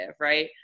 right